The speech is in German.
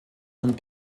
und